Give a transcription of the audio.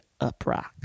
uprock